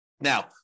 Now